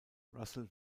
russell